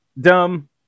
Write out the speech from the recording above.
dumb